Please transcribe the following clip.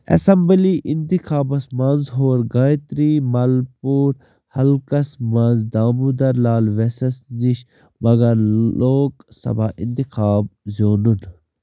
assembly اِنتِخابس منٛز ہول گایترٛی مَلپوو حلقس منٛز دامودر لال ویٚسَس نِش مگر لوک سبھا اِنتِخاب زیٛوٗنُن